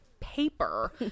paper